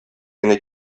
генә